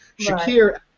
Shakir